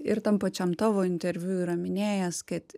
ir tam pačiam tavo interviu yra minėjęs kad